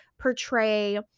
portray